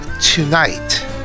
tonight